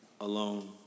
alone